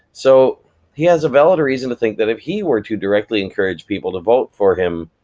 so he has a valid reason to think that if he were to directly encourage people to vote for him,